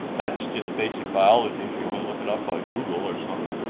that's just basic biology, if you want to look it up on google or something.